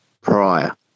prior